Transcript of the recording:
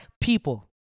people